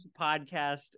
podcast